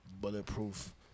Bulletproof